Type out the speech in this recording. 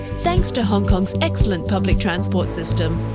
thanks to hong kong's excellent public transport system,